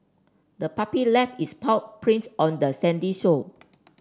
the puppy left its paw prints on the sandy shore